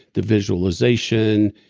the visualization,